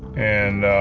and